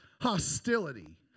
hostility